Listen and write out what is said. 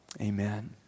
amen